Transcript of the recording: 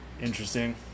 Interesting